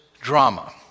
drama